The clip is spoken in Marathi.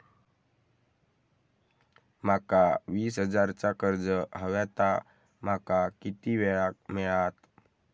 माका वीस हजार चा कर्ज हव्या ता माका किती वेळा क मिळात?